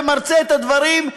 ומרצה את הדברים,